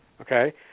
okay